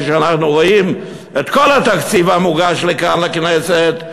כשאנחנו רואים את כל התקציב המוגש לקהל הכנסת,